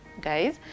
guys